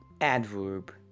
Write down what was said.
adverb